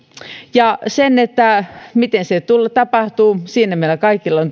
ja miten se tapahtuu siinä meillä kaikilla on